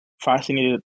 fascinated